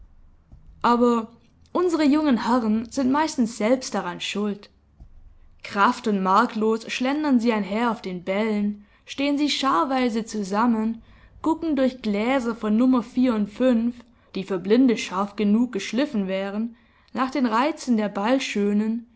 aber unsere jungen herren sind meistens selbst daran schuld kraft und marklos schlendern sie einher auf den bällen stehen sie scharweise zusammen gucken durch gläser von nr und die für blinde scharf genug geschliffen wären nach den reizen der